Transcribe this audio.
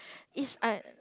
it's I